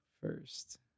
first